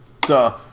Duh